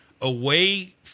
away